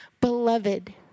beloved